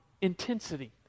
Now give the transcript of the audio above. intensity